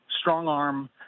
strong-arm